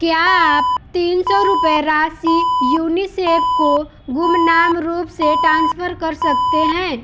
क्या आप तीन सौ रुपये राशि यूनिसेफ को गुमनाम रूप से टांसफ़र कर सकते हैं